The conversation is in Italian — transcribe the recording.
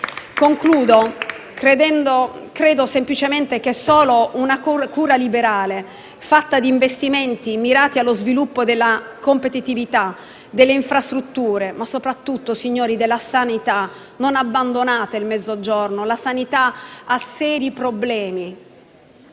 concludere, credo semplicemente che occorra una cura liberale, fatta di investimenti mirati allo sviluppo della competitività, delle infrastrutture e soprattutto, signori, della sanità. Non abbandonate il Mezzogiorno, la sanità ha seri problemi.